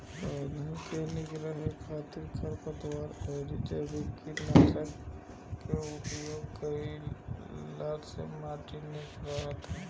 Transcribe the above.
पौधा के निक रखे खातिर खरपतवार अउरी जैविक कीटनाशक के उपयोग कईला से माटी निक रहत ह